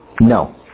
No